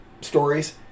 stories